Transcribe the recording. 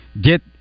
get